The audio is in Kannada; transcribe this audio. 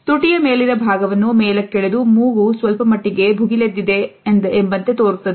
ತುಟಿಯ ಮೇಲಿನ ಭಾಗವನ್ನು ಮೇಲಕ್ಕೆ ಎಳೆದು ಮೂಗು ಸ್ವಲ್ಪಮಟ್ಟಿಗೆ ಭುಗಿಲೆದ್ದಿದೆ ತೋರುತ್ತದೆ